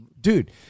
dude